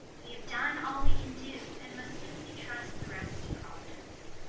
we have done all we can do and must simply trust the rest to providence,